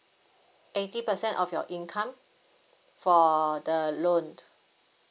eighty percent of your income for the loan